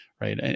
right